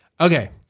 Okay